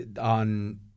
on